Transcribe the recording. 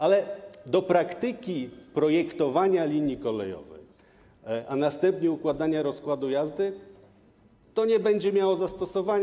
Ale do praktyki projektowania linii kolejowej, a następnie układania rozkładu jazdy to nie będzie miało zastosowania.